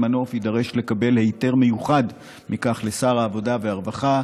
מנוף יידרש לקבל היתר מיוחד לכך משר העבודה והרווחה,